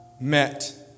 met